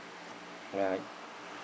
alright